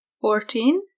Fourteen